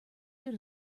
due